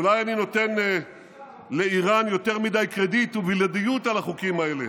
אולי אני נותן לאיראן יותר מדי קרדיט ובלעדיות על החוקים האלה,